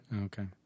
Okay